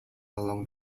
along